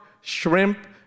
shrimp